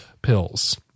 Pills